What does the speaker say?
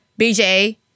BJ